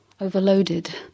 overloaded